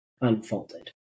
unfolded